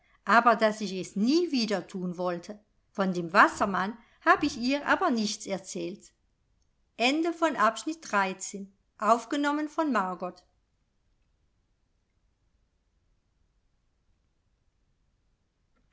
aber daß ich es nie wieder tun wollte von dem wassermann hab ich ihr aber nichts erzählt